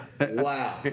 Wow